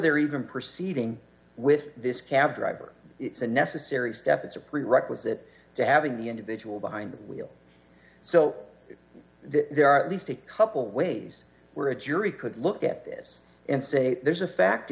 they're even proceeding with this cabdriver it's a necessary step it's a prerequisite to having the individual behind the wheel so there are at least a couple ways where a jury could look at this and say there's a fact